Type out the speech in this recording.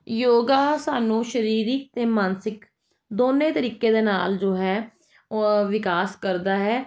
ਯੋਗਾ ਸਾਨੂੰ ਸਰੀਰਕ ਅਤੇ ਮਾਨਸਿਕ ਦੋਵੇਂ ਤਰੀਕੇ ਦੇ ਨਾਲ ਜੋ ਹੈ ਉਹ ਵਿਕਾਸ ਕਰਦਾ ਹੈ